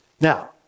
Now